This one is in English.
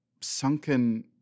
sunken